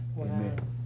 Amen